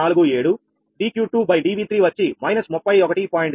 47dQ2 dV3 వచ్చి −31